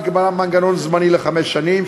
נקבע מנגנון זמני לחמש שנים,